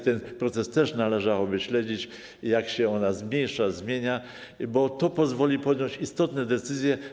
Ten proces też należałoby śledzić - jak to się zmniejsza, zmienia - bo to pozwoli podjąć istotne decyzje.